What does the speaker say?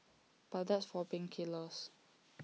but that's for pain killers